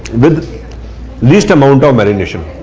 with least amount of marination.